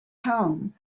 home